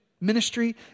ministry